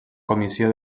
comissió